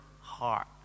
heart